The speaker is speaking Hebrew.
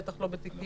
בטח לא בתיקים